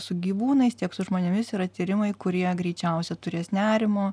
su gyvūnais tiek su žmonėmis yra tyrimai kurie greičiausia turės nerimo